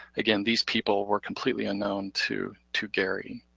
again, these people were completely unknown to to gary.